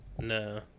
No